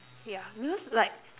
yeah because like